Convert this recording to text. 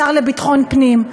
השר לביטחון הפנים,